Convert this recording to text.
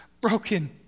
Broken